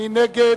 מי נגד?